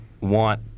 want –